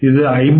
இது 55